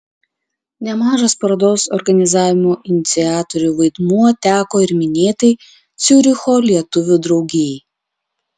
nemažas parodos organizavimo iniciatorių vaidmuo teko ir minėtai ciuricho lietuvių draugijai